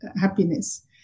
happiness